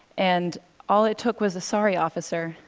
and all it took was a sorry, officer,